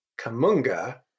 Kamunga